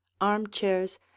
armchairs